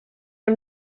are